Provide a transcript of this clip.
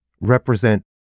represent